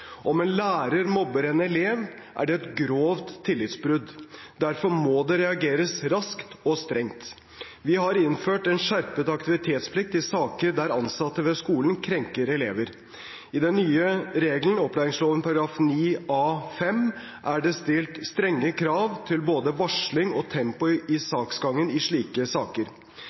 Om en lærer mobber en elev, er det et grovt tillitsbrudd. Derfor må det reageres raskt og strengt. Vi har innført en skjerpet aktivitetsplikt i saker der ansatte ved skolen krenker elever. I den nye regelen, opplæringsloven § 9 A-5, er det stilt strenge krav til både varsling og tempo i saksgangen i slike saker.